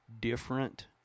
different